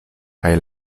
kaj